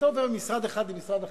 אם אתה עובר ממשרד אחד למשרד אחר,